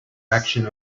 direction